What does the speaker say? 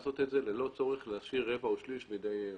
שיוכל לעשות את זה בלי הצורך להשאיר רבע או שליש בידי המאכער.